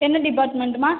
என்ன டிபார்ட்மெண்ட்டுமா